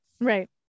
right